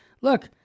look